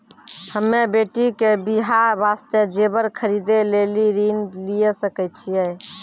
हम्मे बेटी के बियाह वास्ते जेबर खरीदे लेली ऋण लिये सकय छियै?